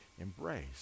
embrace